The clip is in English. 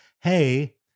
hey